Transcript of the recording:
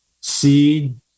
seed